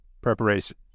preparation